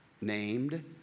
named